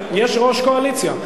יש ראש קואליציה.